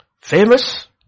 Famous